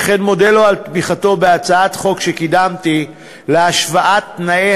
וכן מודה לו על תמיכתו בהצעת חוק שקידמתי להשוואת תנאי